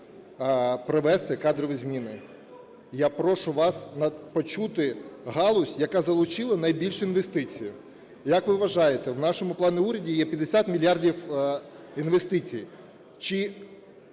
провести кадрові зміни, я прошу вас почути галузь, яка залучила найбільше інвестицій. Як ви вважаєте, у нашому плані уряду є 50 мільярдів інвестицій,